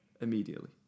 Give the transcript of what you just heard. immediately